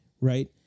right